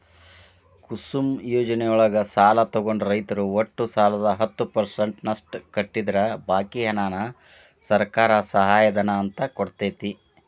ಕುಸುಮ್ ಯೋಜನೆಯೊಳಗ ಸಾಲ ತೊಗೊಂಡ ರೈತರು ಒಟ್ಟು ಸಾಲದ ಹತ್ತ ಪರ್ಸೆಂಟನಷ್ಟ ಕಟ್ಟಿದ್ರ ಬಾಕಿ ಹಣಾನ ಸರ್ಕಾರ ಸಹಾಯಧನ ಅಂತ ಕೊಡ್ತೇತಿ